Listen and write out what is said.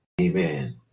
Amen